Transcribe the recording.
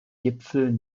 gipfel